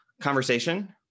conversation